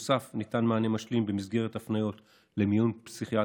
ובנוסף ניתן מענה משלים במסגרת הפניות למיון פסיכיאטרי,